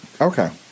okay